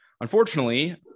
Unfortunately